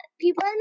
people